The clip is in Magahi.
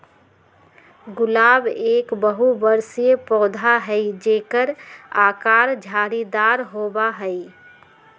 गुलाब एक बहुबर्षीय पौधा हई जेकर आकर झाड़ीदार होबा हई